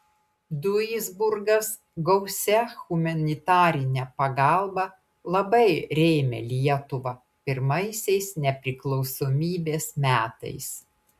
duisburgas gausia humanitarine pagalba labai rėmė lietuvą pirmaisiais nepriklausomybės metais